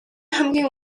хамгийн